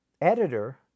editor